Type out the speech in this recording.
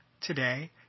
today